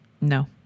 No